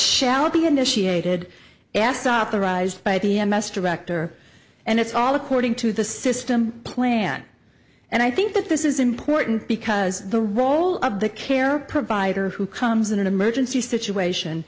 shall be initiated asked stop the rise by the m s director and it's all according to the system plan and i think that this is important because the role of the care provider who comes in an emergency situation